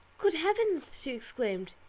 good heavens! she exclaimed,